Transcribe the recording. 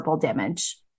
damage